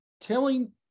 telling